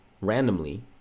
randomly